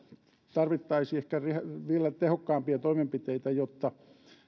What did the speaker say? tarvittaisiin ehkä vielä tehokkaampia toimenpiteitä jotta